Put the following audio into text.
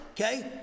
Okay